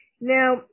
now